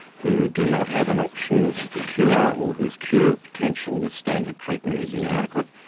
who do not have an option for cure or whose cure potential with standard treatment is inadequate,